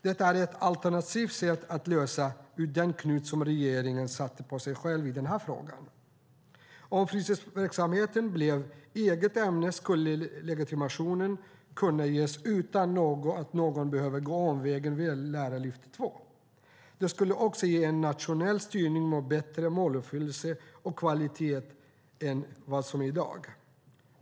Detta är ett alternativt sätt att lösa upp den knut som regeringen har slagit på sig själv i den här frågan. Om fritidsverksamheten blev eget ämne skulle legitimation kunna ges utan att någon behöver gå omvägen via Lärarlyftet 2. Det skulle också ge en nationell styrning med bättre måluppfyllelse och kvalitet än vad som är i dag.